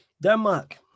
Denmark